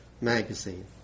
magazine